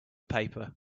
paper